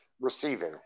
receiving